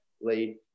late